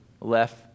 left